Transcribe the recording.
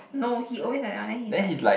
no he always like that one then he's like